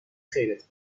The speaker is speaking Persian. خیرت